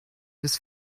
ist